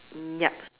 mm yup